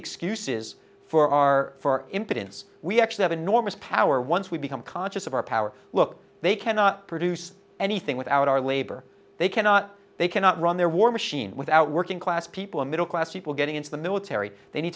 excuses for our for impotence we actually have an enormous power once we become conscious of our power look they cannot produce anything without our labor they cannot they cannot run their war machine without working class people middle class people getting into the military they need